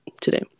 today